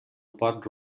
pot